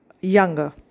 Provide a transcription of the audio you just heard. younger